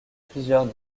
plusieurs